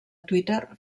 twitter